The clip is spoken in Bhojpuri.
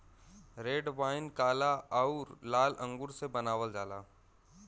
रेड वाइन काला आउर लाल अंगूर से बनावल जाला